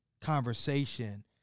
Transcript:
conversation